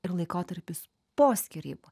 ir laikotarpis po skyrybų